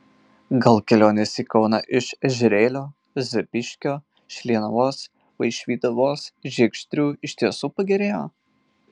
gal kelionės į kauną iš ežerėlio zapyškio šlienavos vaišvydavos žiegždrių iš tiesų pagerėjo